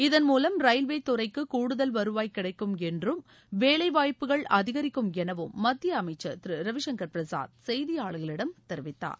இதன் மூவம் ரயில்வே துறைக்கு கூடுதல் வருவாய் கிடைக்கும் என்றும் வேலைவாய்ப்புகள் அதிகரிக்கும் எனவும் மத்திய அமைச்சர் திரு ரவி சங்கர் பிரசாத் செய்தியாளர்களிடம் கூறினார்